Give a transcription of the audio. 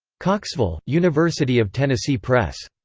koxville university of tennessee press.